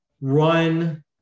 run